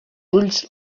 ulls